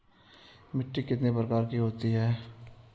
मिट्टी कितने प्रकार की होती हैं?